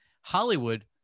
Hollywood